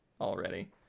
already